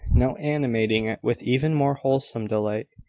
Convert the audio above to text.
now animating it with even more wholesome delight.